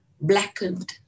blackened